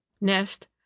nest